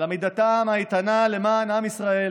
על עמידתם האיתנה למען עם ישראל